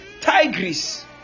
Tigris